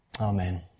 Amen